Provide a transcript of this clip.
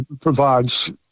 provides